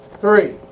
three